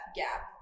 gap